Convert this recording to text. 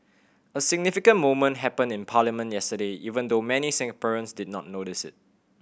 a significant moment happened in parliament yesterday even though many Singaporeans did not notice it